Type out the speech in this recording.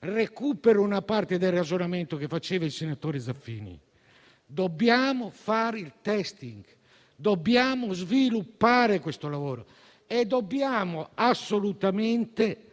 recupero una parte del ragionamento del senatore Zaffini. Dobbiamo fare il *testing,* dobbiamo sviluppare questo lavoro e dobbiamo assolutamente